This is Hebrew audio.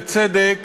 בצדק,